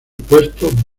puesto